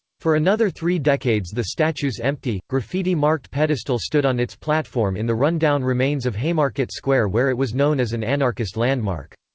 for another three decades the statue's empty, graffiti-marked pedestal stood on its platform in the run-down remains of haymarket square where it was known as an anarchist landmark.